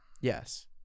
Yes